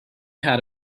had